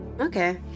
Okay